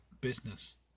business